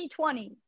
2020